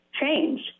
change